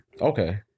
Okay